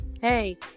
hey